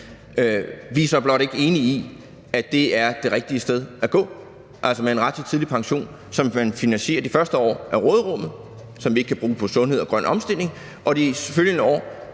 Vi er så blot ikke enige i, at det er den rigtige vej at gå, altså med en ret til tidlig pension, som man de første år finansierer med råderummet – som vi så ikke kan bruge på sundhed og grøn omstilling – og de følgende år